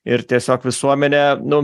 ir tiesiog visuomenė nu